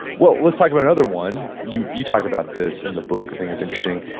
well, let's talk about another one. you you talk about this in the book, i think it's interesting.